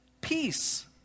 peace